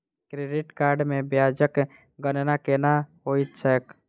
credit card मे ब्याजक गणना केना होइत छैक